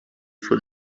for